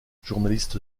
journaliste